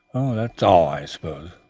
that's all, i suppose?